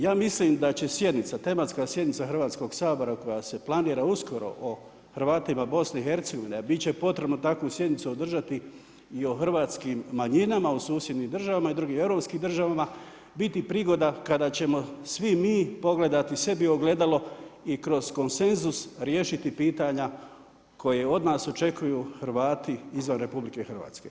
Ja mislim da će sjednica, tematska sjednica Hrvatskog sabora koja se planira uskoro o Hrvatima Bosne i Hercegovine, a bit će potrebno takvu sjednicu održati i o hrvatskim manjinama u susjednim državama i drugim europskim državama biti prigoda kada ćemo svi mi pogledati sebi u ogledalo i kroz konsenzus riješiti pitanja koje od nas očekuju Hrvati izvan RH.